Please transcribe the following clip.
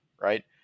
right